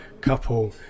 couple